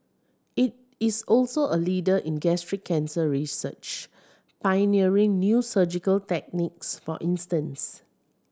it is also a leader in gastric cancer research pioneering new surgical techniques for instance